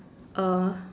uh